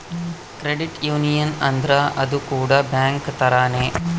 credit union ಅಂದ್ರ ಅದು ಕೂಡ ಬ್ಯಾಂಕ್ ತರಾನೇ